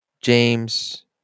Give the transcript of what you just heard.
James